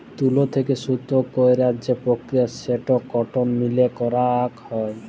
তুলো থেক্যে সুতো কইরার যে প্রক্রিয়া সেটো কটন মিলে করাক হয়